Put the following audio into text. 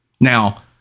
Now